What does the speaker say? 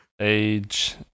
Age